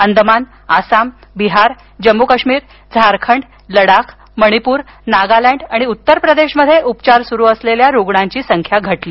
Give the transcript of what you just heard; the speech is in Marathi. अंदमान आसाम बिहारजम्मू काश्मीर झारखंडलडाखमणिपूर नागालँड आणि उत्तरप्रदेश मध्ये उपचार सुरू असलेल्या रुग्णांची संख्या घटली